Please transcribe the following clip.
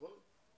נכון?